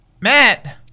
Matt